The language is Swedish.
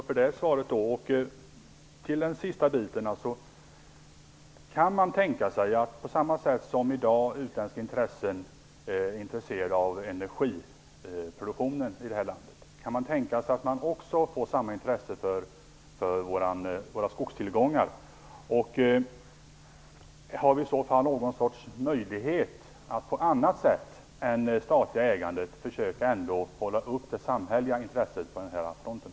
Fru talman! Jag tackar Birgitta Johansson också för det svaret. Utländska köpare är i dag intresserade av energiproduktionen i det här landet. Kan man tänka sig att det också blir samma intresse för våra skogstillgångar? Har vi i så fall någon möjlighet att på annat sätt än via ett statligt ägande försöka hålla uppe det samhälleliga intresset på den här fronten?